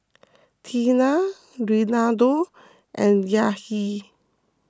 Tiana Reinaldo and Yahir